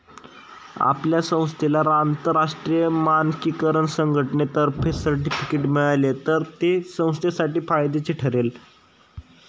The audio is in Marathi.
आपल्या संस्थेला आंतरराष्ट्रीय मानकीकरण संघटनेतर्फे सर्टिफिकेट मिळाले तर ते संस्थेसाठी फायद्याचे ठरेल